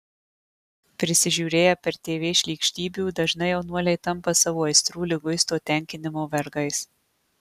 prisižiūrėję per tv šlykštybių dažnai jaunuoliai tampa savo aistrų liguisto tenkinimo vergais